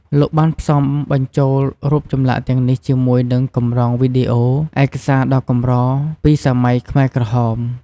លោកបានផ្សំបញ្ចូលរូបចម្លាក់ទាំងនេះជាមួយនឹង កម្រងវីដេអូ ឯកសារដ៏កម្រពីសម័យខ្មែរក្រហម។